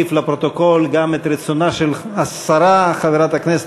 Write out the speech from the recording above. לתיקון פקודת התעבורה (חובת סימון קסדת